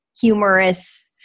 humorous